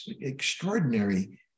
extraordinary